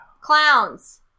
Clowns